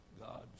God